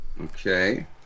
Okay